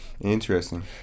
Interesting